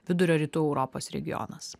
vidurio rytų europos regionas